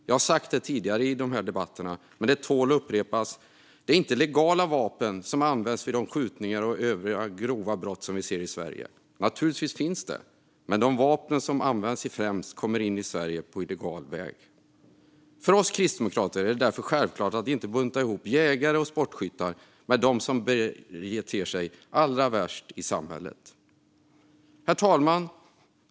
Jag har sagt det tidigare i dessa debatter, men det tål att upprepas: Det är inte legala vapen som används vid de skjutningar och andra grova brott som vi ser i Sverige. Naturligtvis förekommer det, men de vapen som används kommer främst in i Sverige på illegal väg. För oss kristdemokrater är det därför självklart att inte bunta ihop jägare och sportskyttar med dem som beter sig allra värst i samhället. Herr talman!